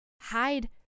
hide